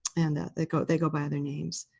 and they go they go by other names.